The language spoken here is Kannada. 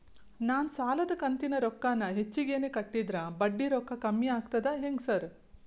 ನಾನ್ ಸಾಲದ ಕಂತಿನ ರೊಕ್ಕಾನ ಹೆಚ್ಚಿಗೆನೇ ಕಟ್ಟಿದ್ರ ಬಡ್ಡಿ ರೊಕ್ಕಾ ಕಮ್ಮಿ ಆಗ್ತದಾ ಹೆಂಗ್ ಸಾರ್?